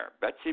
Betsy